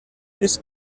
this